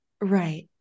Right